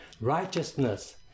righteousness